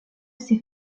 ses